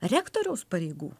rektoriaus pareigų